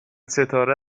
ستاره